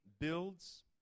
builds